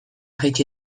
jetzi